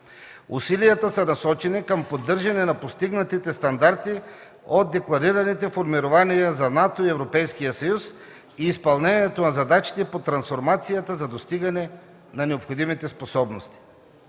Усилията са насочени към поддържане на постигнатите стандарти от декларираните формирования за НАТО и Европейския съюз и изпълнение на задачите по трансформацията за достигане на необходимите способности.